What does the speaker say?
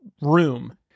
room